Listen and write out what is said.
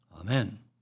Amen